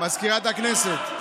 מזכירת הכנסת,